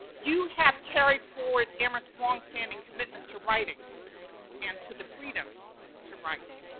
you have carried forward amherst's long-standing commitment to writing and to the freedom to write,